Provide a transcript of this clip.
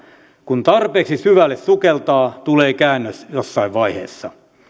kun tarpeeksi syvälle sukeltaa tulee käännös jossain vaiheessa